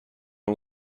اون